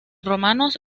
romanos